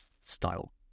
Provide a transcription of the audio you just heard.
style